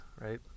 right